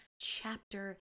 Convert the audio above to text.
chapter